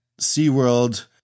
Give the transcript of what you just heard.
SeaWorld